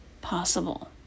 possible